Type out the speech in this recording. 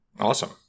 Awesome